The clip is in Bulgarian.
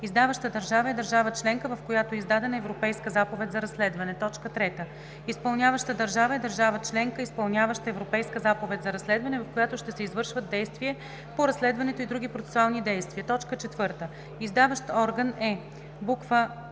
„Издаваща държава“ е държава членка, в която е издадена Европейска заповед за разследване. 3. „Изпълняваща държава“ е държава членка, изпълняваща Европейска заповед за разследване, в която ще се извършват действие по разследването и други процесуални действия. 4. „Издаващ орган“ е: а)